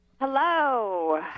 Hello